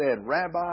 Rabbi